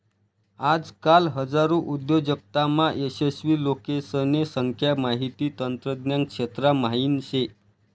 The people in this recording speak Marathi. आजकाल हजारो उद्योजकतामा यशस्वी लोकेसने संख्या माहिती तंत्रज्ञान क्षेत्रा म्हाईन शे